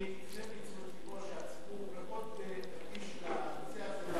הפניתי את תשומת לבו שהציבור מאוד רגיש לנושא הזה.